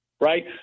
right